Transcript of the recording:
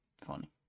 funny